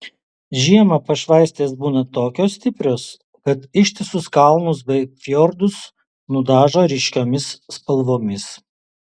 žiemą pašvaistės būna tokios stiprios kad ištisus kalnus bei fjordus nudažo ryškiomis spalvomis